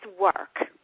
work